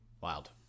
Wild